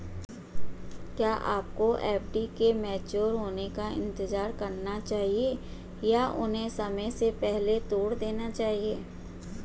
क्या आपको एफ.डी के मैच्योर होने का इंतज़ार करना चाहिए या उन्हें समय से पहले तोड़ देना चाहिए?